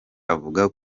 avuga